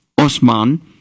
Osman